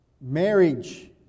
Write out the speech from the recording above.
marriage